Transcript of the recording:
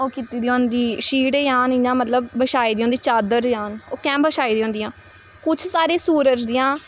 ओह् कीती दी होंदी शीट जन इ'यां मतलब बछाई दी होंदी चादर जन ओह् कैंह् बछाई दियां होंदियां कुछ सारी सूरज दियां